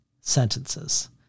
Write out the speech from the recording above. sentences